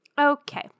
okay